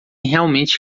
realmente